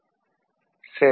C' சரி